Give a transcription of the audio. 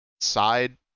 side